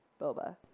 Boba